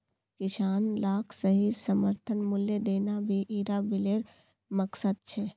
किसान लाक सही समर्थन मूल्य देना भी इरा बिलेर मकसद छे